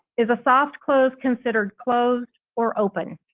is a soft close considered closed or open?